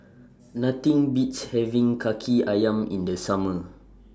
Nothing Beats having Kaki Ayam in The Summer